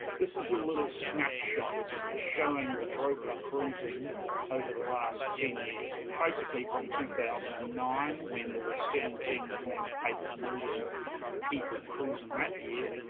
this is a little snapshot showing the growth of cruising over the last ten years, basically from two thousand and nine, when there was seventeen point eight million people cruising that year,